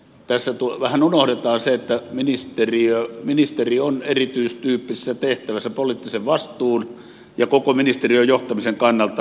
tässä vähän unohdetaan se että ministeri on erityistyyppisessä tehtävässä poliittisen vastuun ja koko ministeriön johtamisen kannalta